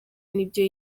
n’ibyo